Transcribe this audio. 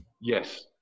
Yes